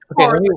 okay